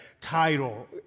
title